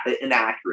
inaccurate